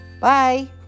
Bye